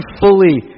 fully